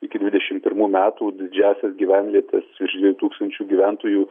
iki dvidešim pirmų metų didžiąsias gyvenvietes virš dviejų tūkstančių gyventojų